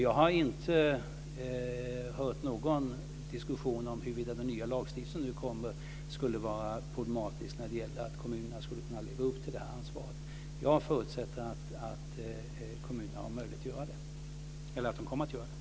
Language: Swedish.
Jag har inte hört någon diskussion om huruvida den nya lagstiftning som nu ska träda i kraft skulle vara problematisk när det gäller att kommunerna ska kunna leva upp till detta ansvar. Jag förutsätter att kommunerna kommer att göra det.